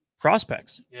prospects